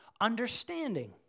understanding